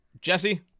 jesse